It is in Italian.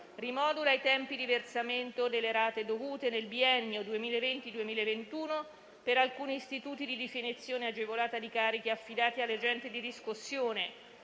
rimodula i tempi di versamento delle rate dovute nel biennio 2020-2021 per alcuni istituti di definizione agevolata di carichi affidati all'agente di riscossione.